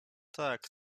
tak